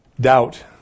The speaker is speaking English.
Doubt